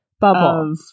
bubble